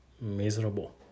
miserable